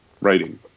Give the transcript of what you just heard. writing